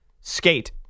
skate